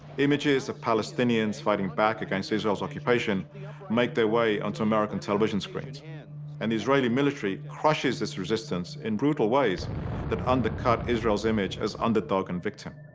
images of palestinians fighting fighting back against israelis occupation make their way onto american television screens n and the israeli military crushes this resistance in brutal ways that undercut israelis image as underdog and victim.